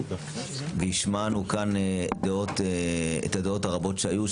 והשמענו כאן את הדעות הרבות שהיו.